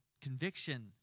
conviction